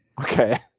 okay